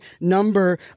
number